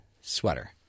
sweater